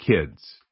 kids